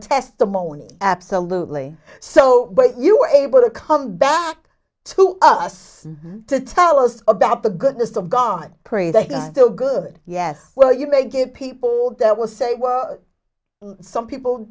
testimony absolutely so you were able to come back to us to tell us about the goodness of god pray that god oh good yes well you may give people that will say well some people